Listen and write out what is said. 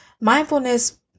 mindfulness